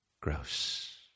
Gross